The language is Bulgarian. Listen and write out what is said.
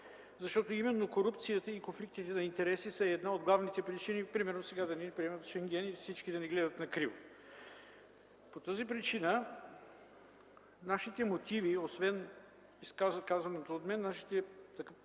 Защото именно корупцията и конфликтът на интереси са едни от главните причини примерно сега да не ни приемат в Шенген и всички да ни гледат накриво. По тази причина нашите мотиви, освен казаното от мен, са, че срокът